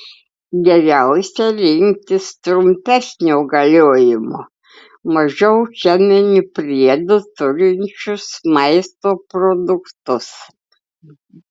geriausia rinktis trumpesnio galiojimo mažiau cheminių priedų turinčius maisto produktus